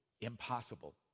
impossible